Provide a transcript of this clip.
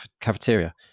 cafeteria